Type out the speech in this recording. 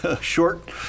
short